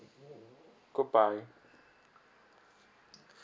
goodbye